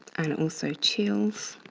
and also chills,